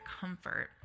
comfort